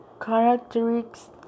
Characteristics